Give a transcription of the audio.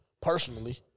personally